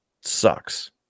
Sucks